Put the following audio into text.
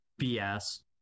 BS